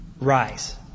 rise